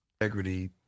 Integrity